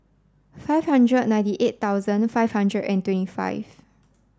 five hundred ninety eight thousand five hundred and twenty five